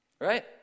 Right